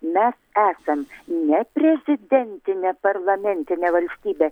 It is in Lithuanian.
mes esam ne prezidentinė parlamentinė valstybė